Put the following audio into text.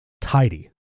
Tidy